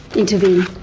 intervene?